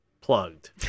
plugged